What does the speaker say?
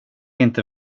inte